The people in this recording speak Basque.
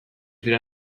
dira